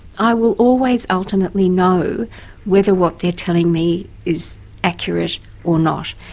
i will always ultimately know whether what they're telling me is accurate or not.